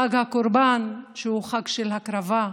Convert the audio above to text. חג הקורבן, שהוא חג של הקרבה,